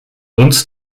uns